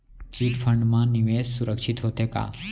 Chit fund मा निवेश सुरक्षित होथे का?